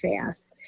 fast